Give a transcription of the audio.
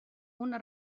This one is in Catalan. una